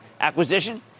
acquisition